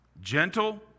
gentle